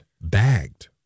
bagged